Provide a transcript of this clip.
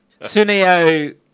Sunio